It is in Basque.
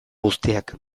guztiak